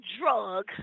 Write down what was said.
drug